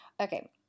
Okay